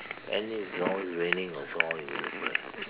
tennis can always raining also how you going to play